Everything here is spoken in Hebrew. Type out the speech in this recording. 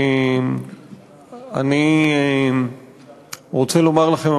אני רוצה לומר לכם,